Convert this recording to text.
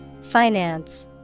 Finance